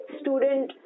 student